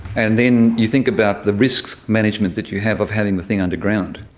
and then you think about the risk management that you have of having the thing underground,